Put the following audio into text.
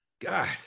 god